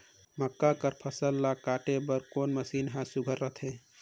मक्का कर फसल ला काटे बर कोन मशीन ह सुघ्घर रथे?